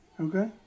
Okay